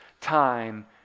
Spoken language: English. time